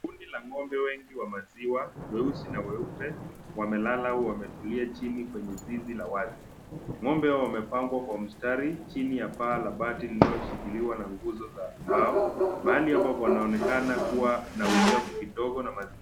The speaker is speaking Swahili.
Kundi la ng'ombe wengi wa maziwa, weusi na weupe, wamelala, au wametulia chini kwenye zizi la wazi. Ng'ombe hawa wamepangwa kwa mstari, chini ya paa la bati linaloshikiliwa na nguzo za mbao. Mahali hapo panaonekana kuwa na uchafu kidogo na mazi.